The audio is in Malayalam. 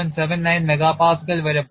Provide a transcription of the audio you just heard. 79 MPa വരെ പോയി